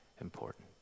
important